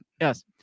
Yes